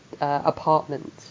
apartment